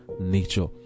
nature